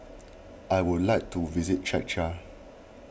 I would like to visit Czechia